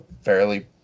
fairly